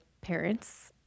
parents